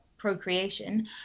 procreation